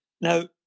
Now